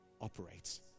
operates